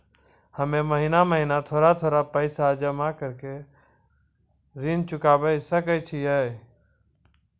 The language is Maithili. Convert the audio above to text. हम्मे महीना महीना थोड़ा थोड़ा पैसा जमा कड़ी के ऋण चुकाबै सकय छियै?